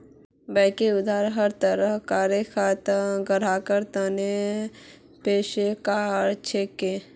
बैंकेर द्वारा हर तरह कार खाता ग्राहकेर तने पेश कराल जाछेक